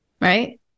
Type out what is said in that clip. Right